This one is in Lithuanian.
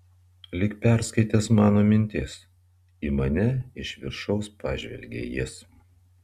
lyg perskaitęs mano mintis į mane iš viršaus pažvelgė jis